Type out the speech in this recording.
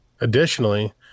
Additionally